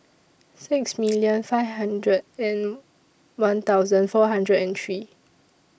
six million five hundred and one thousand four hundred and three